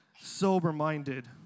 sober-minded